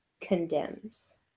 condemns